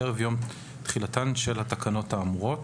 ערב יום תחילתן של התקנות האמורות.